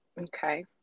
Okay